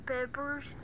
Peppers